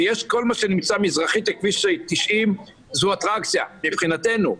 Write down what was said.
וכל מה שנמצא מזרחית לכביש 90 זו אטרקציה מבחינתנו.